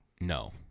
No